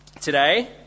Today